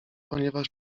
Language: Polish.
ponieważ